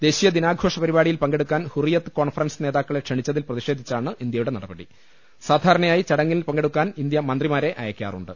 ദേശീയ ദിനാഘോഷ പരിപാടിയിൽ പങ്കെടുക്കാൻ ഹുറി യത്ത് കോൺഫറൻസ് നേതാക്കളെ ക്ഷണിച്ചതിൽ പ്രതിഷേധി ഇന്ത്യയുടെ ച്ചാണ് ചടങ്ങിൽ പങ്കെടുക്കാൻ ഇന്ത്യ മന്ത്രിമാരെ അയക്കാറുണ്ട്